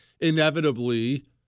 inevitably